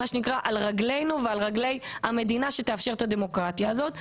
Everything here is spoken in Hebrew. מה שנקרא על רגלינו ועל רגלי המדינה שתאפשר את הדמוקרטיה הזאת.